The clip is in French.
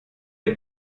les